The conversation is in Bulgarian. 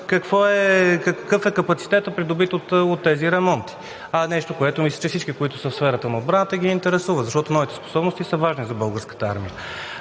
какъв е капацитетът, придобит от тези ремонти. Нещо, което мисля, че интересува всички, които са в сферата на отбраната, защото новите способности са важни за Българската армия.